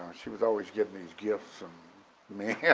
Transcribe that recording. she was always getting these gifts from men. yeah